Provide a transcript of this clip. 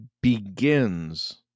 begins